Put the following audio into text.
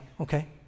okay